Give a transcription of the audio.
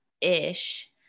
ish